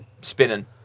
spinning